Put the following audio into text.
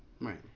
Right